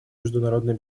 международной